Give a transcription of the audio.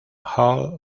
hall